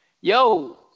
yo